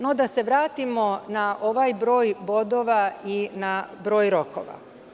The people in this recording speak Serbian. No, da se vratimo na ovaj broj bodova i na broj rokova.